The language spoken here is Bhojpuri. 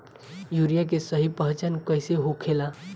यूरिया के सही पहचान कईसे होखेला?